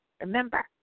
remember